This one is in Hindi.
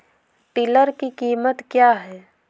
टिलर की कीमत क्या है?